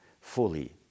fully